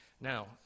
Now